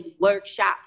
workshops